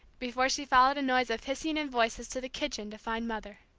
before she followed a noise of hissing and voices to the kitchen to find mother.